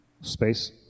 space